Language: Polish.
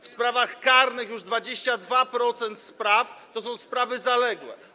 W sprawach karnych już 22% spraw to są sprawy zaległe.